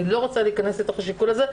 אני לא רוצה להיכנס לשיקול הזה,